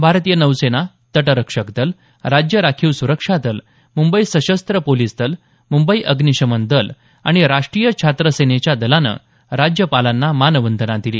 भारतीय नौसेना तटरक्षक दल राज्य राखीव सुरक्षा दल मुंबई सशस्त्र पोलिस दल मुंबई अग्निशमन दल आणि राष्ट्रीय छात्रसेनेच्या दलानं राज्यपालांना मानवंदना दिली